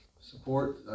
support